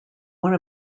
one